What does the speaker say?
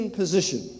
position